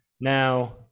Now